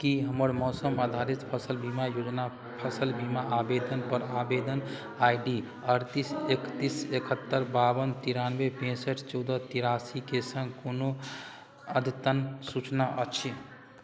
कि हमर मौसम आधारित फसिल बीमा योजना फसिल बीमा आवेदनपर आवेदन आइ डी अड़तिस एकतिस एकहत्तरि बावन तिरानवे पैँसठि चौदह तेरासीके सङ्ग कोनो अद्यतन सूचना अछि